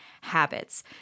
habits